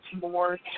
more